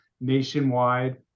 nationwide